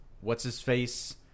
What's-His-Face